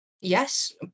yes